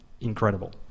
incredible